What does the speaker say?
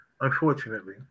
unfortunately